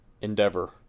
endeavor